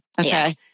Okay